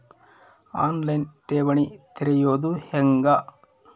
On line ಠೇವಣಿ ತೆರೆಯೋದು ಹೆಂಗ?